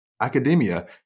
Academia